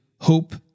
hope